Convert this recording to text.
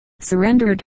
surrendered